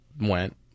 went